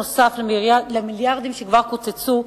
נוסף על המיליארדים שכבר קוצצו,